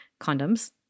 condoms